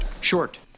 Short